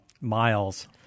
Miles